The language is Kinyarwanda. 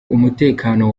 umutekano